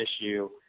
issue